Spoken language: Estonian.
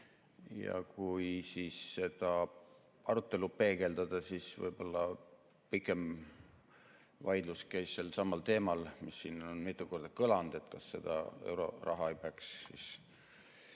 17.15. Kui seda arutelu peegeldada, siis võib-olla pikem vaidlus käis sellelsamal teemal, mis siin on mitu korda kõlanud, et kas seda euroraha ei peaks